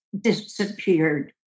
disappeared